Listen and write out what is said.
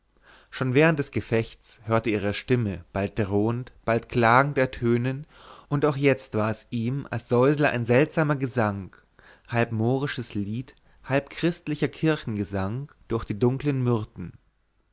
schon während des gefechts hörte er ihre stimme bald drohend bald klagend ertönen und auch jetzt war es ihm als säusle ein seltsamer gesang halb mohrisches lied halb christlicher kirchengesang durch die dunklen myrten